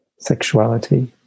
Sexuality